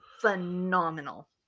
Phenomenal